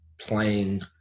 playing